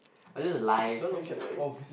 I just lie cause I'm uh